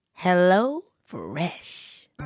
HelloFresh